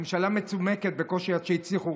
ממשלה מצומקת, בקושי עד שהצליחו.